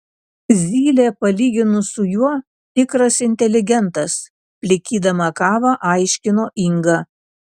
zylė palyginus su juo tikras inteligentas plikydama kavą aiškino inga